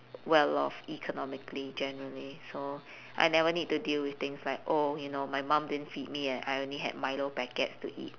well off economically generally so I never need to deal with things like oh you know my mum didn't feed me and I only had milo packets to eat